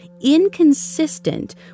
inconsistent